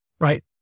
right